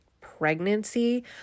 pregnancy